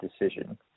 decision